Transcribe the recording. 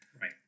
right